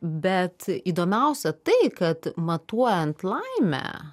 bet įdomiausia tai kad matuojant laimę